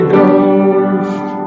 Ghost